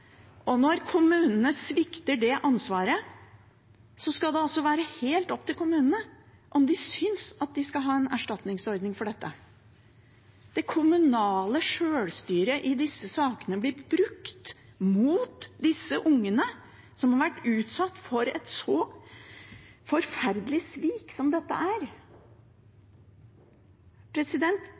Og når kommunene svikter det ansvaret, skal det altså være helt opp til kommunene om de syns at de skal ha en erstatningsordning for dette. Det kommunale sjølstyret i disse sakene blir brukt mot disse ungene, som har vært utsatt for et så forferdelig svik som dette er.